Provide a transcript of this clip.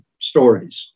stories